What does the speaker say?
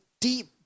deep